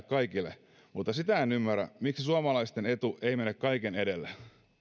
kaikille mutta sitä en ymmärrä miksi suomalaisten etu ei mene kaiken edelle